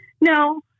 No